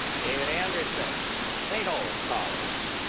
david anderson, st. olaf college.